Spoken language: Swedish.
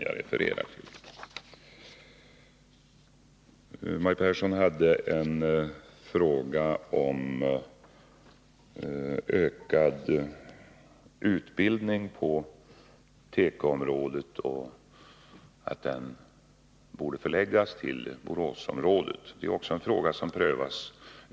Maj Pehrsson hade en fråga om ökad utbildning på tekoområdet, och hon ansåg att den borde förläggas till Boråsområdet. Det är också en fråga som prövas.